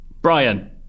Brian